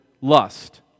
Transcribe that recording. lust